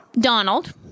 Donald